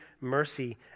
mercy